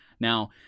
Now